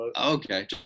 Okay